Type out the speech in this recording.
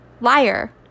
liar